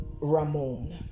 Ramon